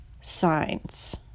signs